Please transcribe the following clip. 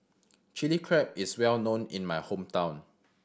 Chili Crab is well known in my hometown